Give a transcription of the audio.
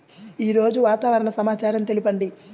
ఈరోజు వాతావరణ సమాచారం తెలుపండి